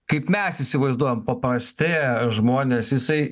kaip mes įsivaizduojam paprasti žmonės jisai